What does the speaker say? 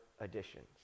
additions